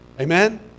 Amen